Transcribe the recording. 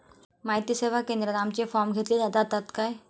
माहिती सेवा केंद्रात आमचे फॉर्म घेतले जातात काय?